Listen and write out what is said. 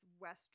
Western